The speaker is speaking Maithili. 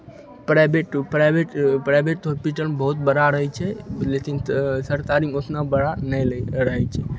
प्राइवेटो प्राइवेट प्राइवेट हॉस्पिटल बहुत बड़ा रहै छै लेतिन सरतारीमे ओतना बड़ा नहि लऽ रहै छै